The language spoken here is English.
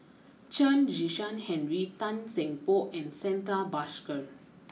Chen Kezhan Henri Tan Seng Poh and Santha Bhaskar